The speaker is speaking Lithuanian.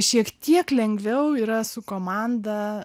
šiek tiek lengviau yra su komanda